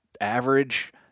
average